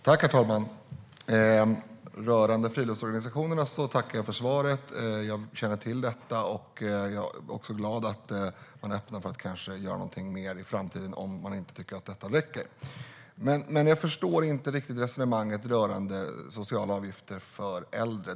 Herr talman! Rörande friluftsorganisationerna tackar jag för beskedet. Jag kände till detta. Jag är också glad att man öppnar för att kanske göra någonting mer i framtiden om man inte tycker att detta räcker. Men jag förstår inte riktigt resonemanget rörande socialavgifter för äldre.